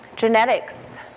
Genetics